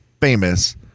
famous